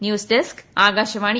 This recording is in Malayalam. news desk Akashvani